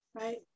Right